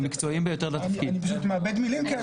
אני פשוט מאבד מילים.